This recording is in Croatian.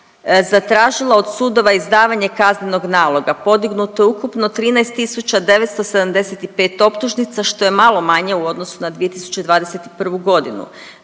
zatražila od sudova izdavanje kaznenog naloga. Podignuto je ukupno 13975 optužnica što je malo manje u odnosu na 2021. godinu.